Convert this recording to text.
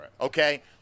Okay